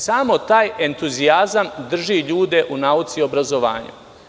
Samo taj entuzijazam drži ljude u nauci i obrazovanju.